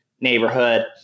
neighborhood